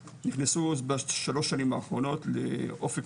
נכנסו ב-3 שנים האחרונות נכנסו לאופק חדש.